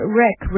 rec